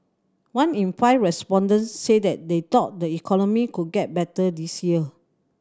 one in five respondents said that they thought the economy could get better this year